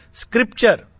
scripture